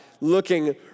looking